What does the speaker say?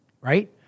right